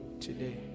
today